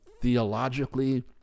theologically